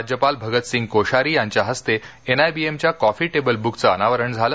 राज्यपाल भगतसिंग कोश्यारी यांच्या हस्ते एनआयबीएमच्या कॉफी टेबल बुकचं अनावरण झालं